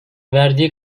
verdiği